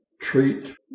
treat